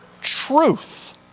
truth